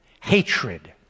hatred